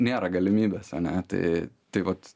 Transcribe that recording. nėra galimybės ane tai tai vat